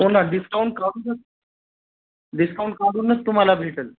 हो ना डिस्काउंट काढून डिस्काउंट काढूनच तुम्हाला भेटल